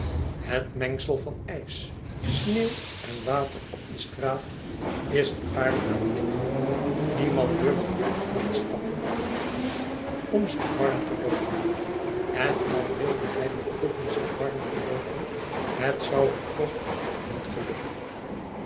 het mengsel van ijs sneeuw en water op de straat is een paar duim dik niemand durft hard aanstappen om zich warm te loopen en al wilde hij beproeven zich warm te loopen het zou hem toch niet gelukken